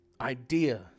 idea